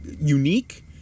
unique